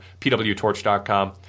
pwtorch.com